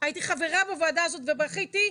הייתי חברה בוועדה הזאת ובכיתי.